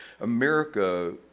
America